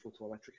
photoelectric